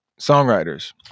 songwriters